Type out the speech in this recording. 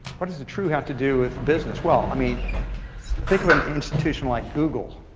what does the truth have to do with business? well, i mean think of an institution like google.